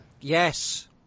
Yes